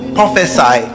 prophesy